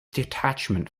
detachment